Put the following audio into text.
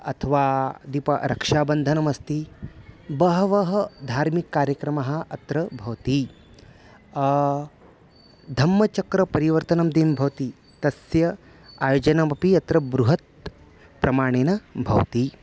अथवा दिपः रक्षाबन्धनमस्ति बहवः धार्मिककार्यक्रमाः अत्र भवन्ति धर्मचक्रपरिवर्तनं दीं भवति तस्य आयोजनमपि अत्र बृहत्प्रमाणेन भवति